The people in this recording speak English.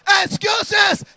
excuses